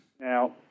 Now